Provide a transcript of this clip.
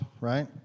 right